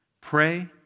pray